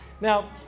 Now